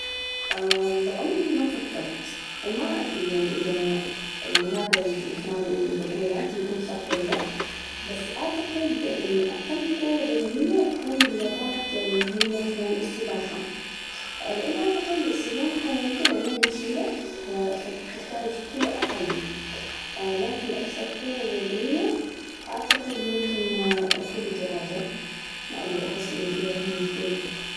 عمري ما فكرت، وما أدري يعني إذا يعني هذا الكلام اللي بجوله بيكون صح ولا لا، بس أعتقد إن أقل قوة بدنية تكون الرياضات اللي هي مثلاً السباحة، لأن أعتقد السباحة يعني كده المية تشيلك، ف فتحتاج قوة أقل، لكن الأكثر قوة بدنية، اعتقد ممكن ركوب الدراجة، ما أدري، أحس إنه كذا فيها مجهود.